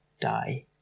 die